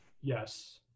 Yes